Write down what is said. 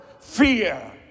fear